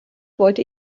wollte